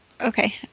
Okay